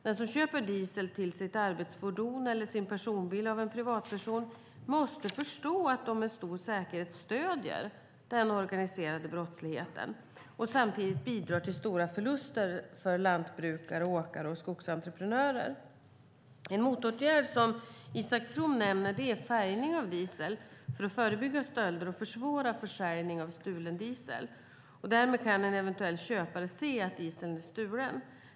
De som köper diesel till sitt arbetsfordon eller sin personbil av en privatperson måste förstå att de med stor säkerhet stöder den organiserade brottsligheten och samtidigt bidrar till stora förluster för lantbrukare, åkare och skogsentreprenörer. En motåtgärd som Isak From nämner är färgning av diesel för att förebygga stölder och försvåra försäljning av stulen diesel. Därmed kan en eventuell köpare se att dieseln är stulen.